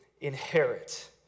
inherit